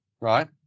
right